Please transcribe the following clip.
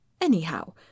Anyhow